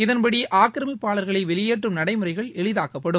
இதன்படி ஆக்கிரமிப்பாளர்களை வெளியேற்றும் நடைமுறைகள் எளிதாக்கப்படும்